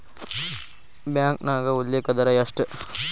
ಬ್ಯಾಂಕ್ನ್ಯಾಗ ಉಲ್ಲೇಖ ದರ ಎಷ್ಟ